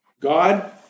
God